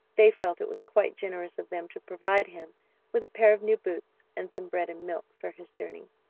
they felt it was quite generous of them to provide him with a pair of new boots and some bread and milk for his journey.